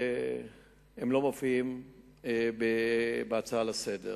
שלא מופיעים בהצעה לסדר-היום.